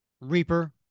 Reaper